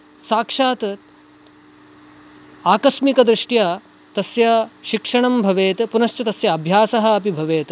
साक्षात् आकस्मिकदृष्ट्या तस्य शिक्षणं भवेत् पुनश्च तस्य अभ्यासः अपि भवेत्